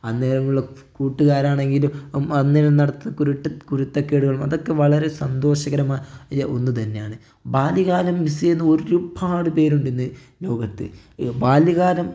അന്നേരമുള്ള കൂട്ടുകാരാണെങ്കിലും അന്നേരം നടത്തുന്ന കുരുട്ട കുരുത്തക്കേടുകളും അതൊക്കെ വളരെ സന്തോഷകരമായ ഒന്ന് തന്നെയാണ് ബാല്യകാലം മിസ്സ് ചെയ്യുന്ന ഒരുപാട് പേരുണ്ട് ഇന്ന് ലോകത്ത് ബാല്യകാലം